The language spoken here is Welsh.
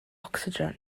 ocsigen